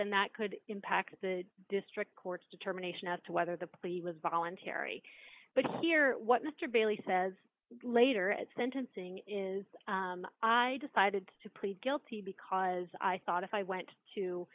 then that could impact the district court's determination as to whether the plea was voluntary but here what mr bailey says later at sentencing is i decided to plead guilty because i thought if i went to